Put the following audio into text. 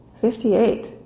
Fifty-eight